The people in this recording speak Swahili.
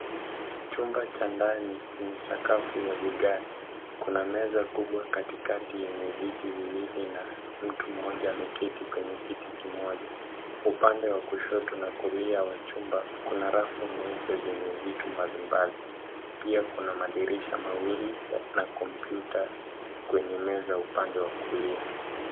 Chumba cha ndani chenye sakafu ya vigae. Kuna meza kubwa katikati yenye viti viwili na mtu mmoja ameketi kwenye kiti kimoja. Upande wa kushoto na kulia wa chumba, kuna rafu nyeupe yenye vitu mbali mbali. Pia kuna madirisha mawili, na kompyuta kwenye meza, upande wa kulia.